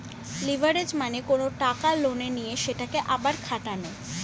leverage মানে কোনো টাকা লোনে নিয়ে সেটাকে আবার খাটানো